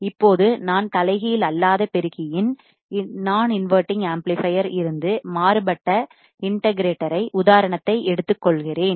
இப்போது நான் தலைகீழ் அல்லாத பெருக்கியில் நான் இன்வடிங் ஆம்ப்ளிபையர் இருந்து மாறுபட்ட இன்ட்டகிரேட்ட்டரை உதாரணமாக எடுத்துக் கொள்கிறேன்